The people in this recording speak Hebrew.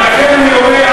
ולכן אני אומר,